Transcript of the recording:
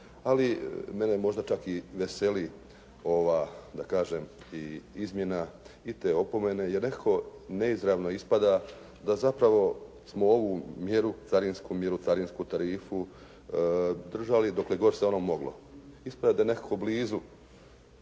ali mene možda čak i veseli ova da kažem i izmjena i te opomene jer nekako neizravno ispada da zapravo smo ovu mjeru, carinsku mjeru, carinsku tarifu držali dokle god se ono moglo. Ispada da je nekako blizu